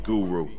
Guru